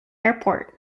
airport